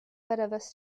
palavas